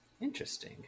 Interesting